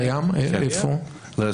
זה קיים?